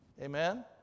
Amen